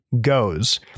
goes